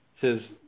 says